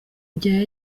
ibya